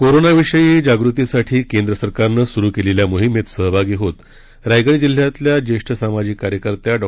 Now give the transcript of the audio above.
कोरोनाविषयी जागृतीसाठी केंद्र सरकारनं सुरु केलेल्या मोहीमेत सहभागी होत रायगड जिल्ह्यातल्या ज्येष्ठ सामाजिक कार्यकर्त्या डॉ